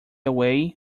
away